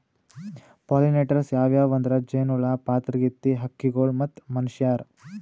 pollinators ಯಾವ್ಯಾವ್ ಅಂದ್ರ ಜೇನಹುಳ, ಪಾತರಗಿತ್ತಿ, ಹಕ್ಕಿಗೊಳ್ ಮತ್ತ್ ಮನಶ್ಯಾರ್